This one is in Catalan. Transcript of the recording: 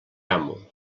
amo